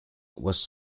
was